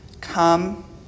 Come